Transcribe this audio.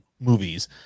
movies